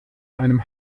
einem